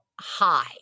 high